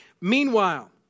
Meanwhile